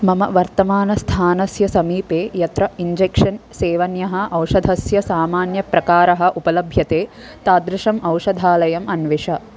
मम वर्तमानस्थानस्य समीपे यत्र इञ्जेक्शन् सेवन्यः औषधस्य सामान्यप्रकारः उपलभ्यते तादृशम् औषधालयम् अन्विष